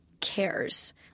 cares